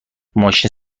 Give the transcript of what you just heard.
ماشین